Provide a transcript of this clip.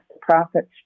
profits